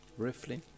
briefly